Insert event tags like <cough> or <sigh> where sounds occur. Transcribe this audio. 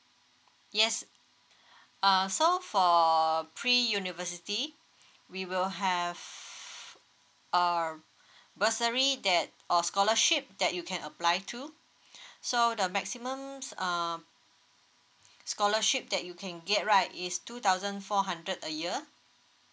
yes <breath> uh so for pre university <breath> we will have err bursary that or scholarship that you can apply to <breath> so the maximum s~ um scholarship that you can get right is two thousand four hundred a year